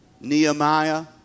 Nehemiah